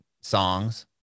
songs